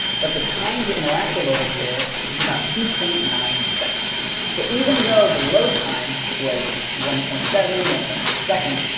but the time to interactive over here was about two point nine seconds so even though the load time was one point seven, one point eight seconds,